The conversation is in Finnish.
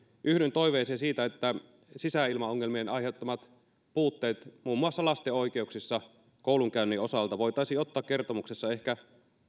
yhdyn toiveeseen siitä että sisäilmaongelmien aiheuttamat puutteet muun muassa lasten oikeuksissa koulunkäynnin osalta voitaisiin ottaa kertomuksessa ehkä